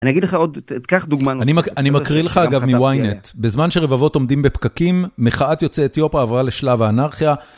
אני אגיד לך עוד, תקח דוגמא נוספת. אני מקריא לך אגב מוויינט, בזמן שרבבות עומדים בפקקים, מחאת יוצא אתיופה עברה לשלב האנרכיה.